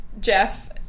Jeff